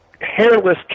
hairless